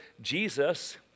Jesus